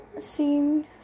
seen